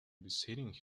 visiting